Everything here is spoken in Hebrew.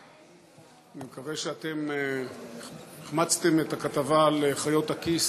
אני מקווה שהחמצתם את הכתבה על חיות הכיס